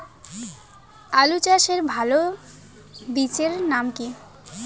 আলু চাষের ভালো বীজের নাম কি?